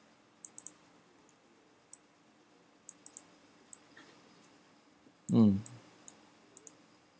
mm